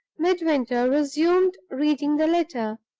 midwinter resumed reading the letter.